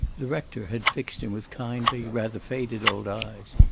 the rector had fixed him with kindly, rather faded old eyes.